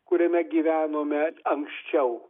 kuriame gyvenome anksčiau